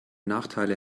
nachteile